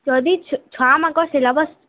ଯଦି ଛୁଆ ମାନଙ୍କର୍ ସିଲାବସ୍